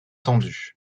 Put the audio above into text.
tendus